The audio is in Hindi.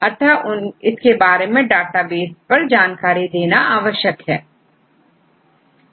अतः इसके बारे में डेटाबेस में जानकारी देना पड़ेगी